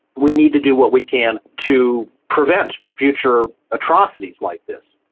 we need to do what we can to prevent future atrocities like this.